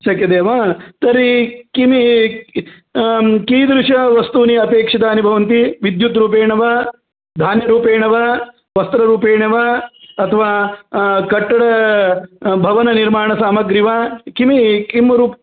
शक्यते वा तर्हि किं कीदृशवस्तूनि अपेक्षितानि भवन्ति विद्युत् रूपेण वा धान्यरूपेण वा वस्त्ररूपेण वा अथवा कट्टडभवननिर्माणसामग्री वा किं किं प्